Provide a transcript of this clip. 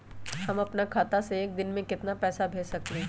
हम अपना खाता से एक दिन में केतना पैसा भेज सकेली?